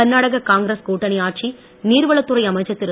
கர்நாடக காங்கிரஸ் கூட்டணி ஆட்சி நீர்வளத்துறை அமைச்சர் திரு